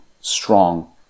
strong